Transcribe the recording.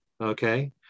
okay